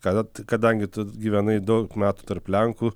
kada kadangi tu gyvenai daug metų tarp lenkų